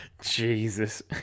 Jesus